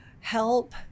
help